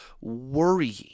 worrying